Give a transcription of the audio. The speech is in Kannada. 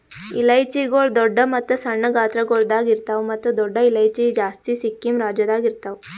ಇಲೈಚಿಗೊಳ್ ದೊಡ್ಡ ಮತ್ತ ಸಣ್ಣ ಗಾತ್ರಗೊಳ್ದಾಗ್ ಇರ್ತಾವ್ ಮತ್ತ ದೊಡ್ಡ ಇಲೈಚಿ ಜಾಸ್ತಿ ಸಿಕ್ಕಿಂ ರಾಜ್ಯದಾಗ್ ಇರ್ತಾವ್